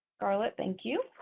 scarlett. thank you.